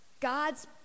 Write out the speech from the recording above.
God's